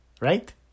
right